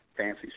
Fancy